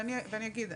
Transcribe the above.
ואני אגיד.